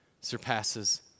surpasses